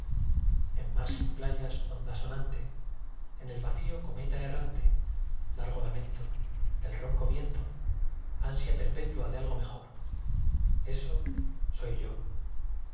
en mar sin playas onda sonante en el vacío cometa errante largo lamento del ronco viento ansia perpetua de algo mejor eso soy yo yo